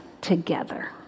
together